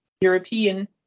European